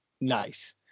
nice